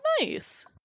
nice